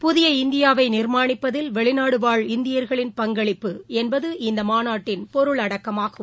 புதிய இந்தியாவைநிர்மாணிப்பதில் வெளிநாடுவாழ் இந்தியர்களின் பங்களிப்பு என்பது இந்தமாநாட்டின் பொருள் அடக்கமாகும்